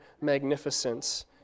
magnificence